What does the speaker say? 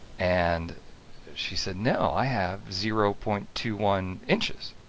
and she said no, i have zero point two one inches.